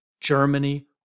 Germany